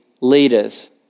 leaders